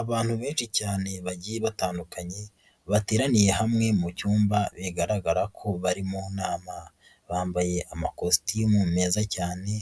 Abantu benshi cyane bagiye batandukanye, bateraniye hamwe mu cyumba bigaragara ko bari mu nama, bambaye amakositimu meza cyane